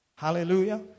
Hallelujah